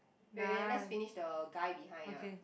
wait wait let's finish the guy behind ah